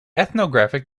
ethnographic